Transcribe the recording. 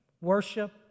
Worship